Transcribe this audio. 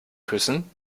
küssen